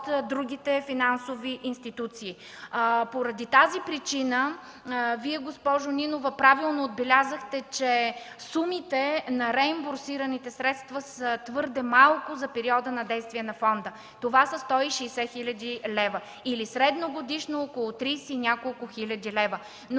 другите финансови институции. Поради тази причина Вие, госпожо Нинова, правилно отбелязахте, че сумите на реимбурсираните средства са твърде малко за периода на действие на фонда. Това са 160 хил. лв. или средногодишно около тридесет и няколко хиляди лева. Но,